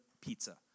pizza